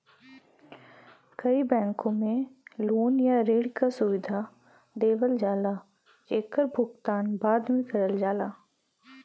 कई बैंक में लोन या ऋण क सुविधा देवल जाला जेकर भुगतान बाद में करल जाला